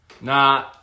Nah